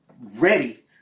ready